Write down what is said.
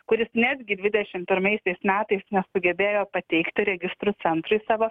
kuris netgi dvidešim pirmaisiais metais nesugebėjo pateikti registrų centrui savo